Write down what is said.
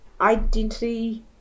identity